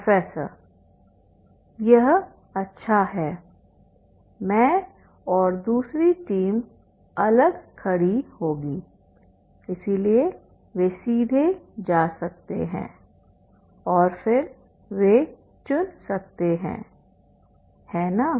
professor यह अच्छा है मैं और दूसरी टीम अलग खड़ी होगीइसलिए वे सीधे जा सकते हैं और फिर वे चुन सकते हैं है ना